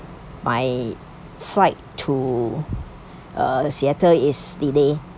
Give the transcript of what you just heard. my flight to uh seattle was delayed